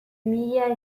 mila